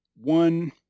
one